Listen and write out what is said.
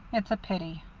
it's a pity.